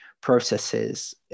processes